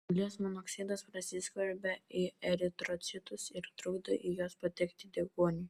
anglies monoksidas prasiskverbia į eritrocitus ir trukdo į juos patekti deguoniui